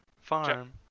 farm